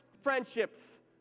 friendships